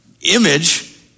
image